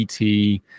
ET